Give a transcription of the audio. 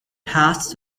passed